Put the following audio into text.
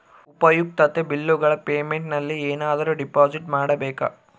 ಉಪಯುಕ್ತತೆ ಬಿಲ್ಲುಗಳ ಪೇಮೆಂಟ್ ನಲ್ಲಿ ಏನಾದರೂ ಡಿಪಾಸಿಟ್ ಮಾಡಬೇಕಾ?